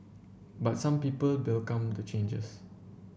but some people welcome the changes